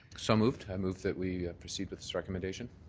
so moved. i move that we proceed with this recommendation.